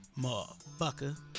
Motherfucker